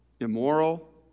immoral